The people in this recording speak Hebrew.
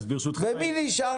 ומי נשאר?